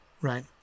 right